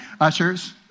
Ushers